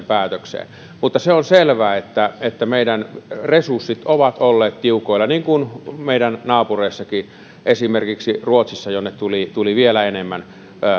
päätökseen mutta se on selvää että että meidän resurssimme ovat olleet tiukoilla niin kuin meidän naapureissammekin esimerkiksi ruotsissa jonne tuli tuli vielä enemmän